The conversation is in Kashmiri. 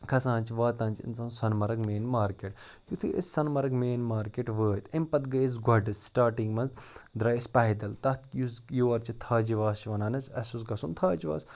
کھسان چھِ واتان چھِ اِنسان سۄنمرٕگ مین مارکٮ۪ٹ یُتھُے أسۍ سۄنمرٕگ مین مارکٮ۪ٹ وٲتۍ اَمہِ پَتہٕ گٔے أسۍ گۄڈٕ سٹاٹِنٛگ منٛز درٛاے أسۍ پَیدَل تَتھ یُس یور چھِ تھاجِواس چھِ وَنان حظ اَسہِ اوس گژھُن تھاجواس